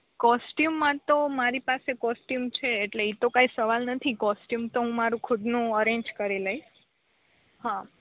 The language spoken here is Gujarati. કોસટયુમ માં તો મારી પાસે કોસટયુંમ છે એટલે ઇતો કાંઇ સવાલ નથી કોસટયુમ તો હું મારુ ખુદનું અરેન્જ કરી લઈ હા